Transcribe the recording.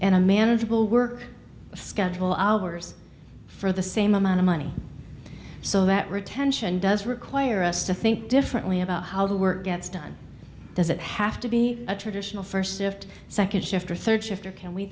a manageable work schedule hours for the same amount of money so that retention does require us to think differently about how the work gets done does it have to be a traditional first shift second shift or third shift or can we